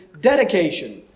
dedication